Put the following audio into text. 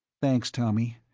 thanks, tommy.